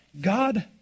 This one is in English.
God